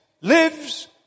lives